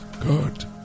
Good